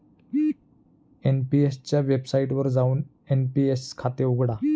NPS च्या वेबसाइटवर जाऊन एन.पी.एस खाते उघडा